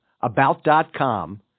about.com